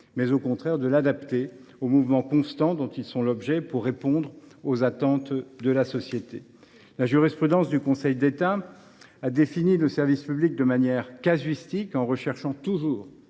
mais, au contraire, de l’adapter au mouvement constant dont les services publics sont l’objet, pour répondre aux attentes de la société. La jurisprudence du Conseil d’État a défini le service public de manière casuistique, en recherchant toujours